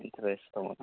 interest दं ना